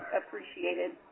appreciated